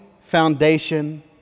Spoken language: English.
foundation